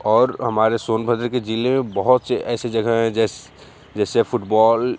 और हमारे सोनभद्र के ज़िले में बहुत से ऐसे जगह है जैसे जैसे फुटबॉल